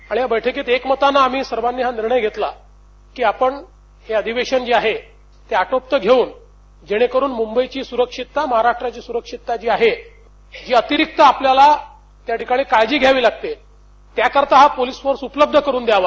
आणि या बैठकीत एकमतानं आम्ही सर्वानी हा निर्णय घेतला की आपण हे अधिवेश जे आहे ते आटोपतं घेऊन जेणेकरुन मुंबईची सुरक्षितता महाराष्ट्राची सुरक्षितता जी आहे ही अतिरीक्त आपल्याला या ठिकाणी काळजी घ्यावी लागते त्याकरिता हा पोलिस फोर्स उपलब्ध करुन द्यावा